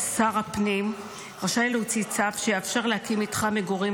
שר הפנים רשאי להוציא צו שיאפשר להקים מתחם מגורים